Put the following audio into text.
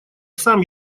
сам